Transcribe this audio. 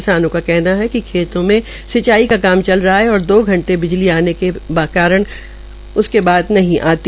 किसानों का कहना था कि खेतों में सिंचाई का काम चल रहा है और दो घंटे बिजली आने के बाद कई घंटे नहीं आती